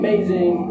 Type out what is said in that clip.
Amazing